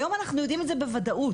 היום אנחנו יודעים את זה בוודאות,